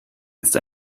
jetzt